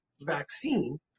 vaccine